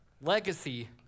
legacy